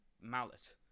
mallet